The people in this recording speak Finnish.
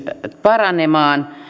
paranemaan